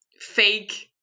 fake